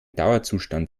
dauerzustand